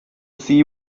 see